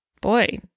boy